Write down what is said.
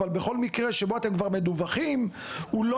אבל בכל מקרה שבו אתם כבר מדווחים הוא לא